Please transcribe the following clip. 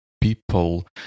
people